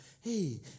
hey